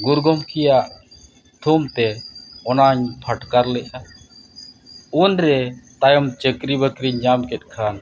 ᱜᱩᱨᱩ ᱜᱚᱢᱠᱮᱭᱟᱜ ᱛᱷᱩᱢ ᱛᱮ ᱚᱱᱟᱧ ᱯᱷᱟᱴᱠᱟᱨ ᱞᱮᱫᱼᱟ ᱩᱱᱨᱮ ᱛᱟᱭᱚᱢ ᱪᱟᱹᱠᱨᱤ ᱵᱟᱹᱠᱨᱤᱧ ᱧᱟᱢ ᱠᱮᱫ ᱠᱷᱟᱱ